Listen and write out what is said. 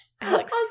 Alex